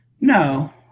no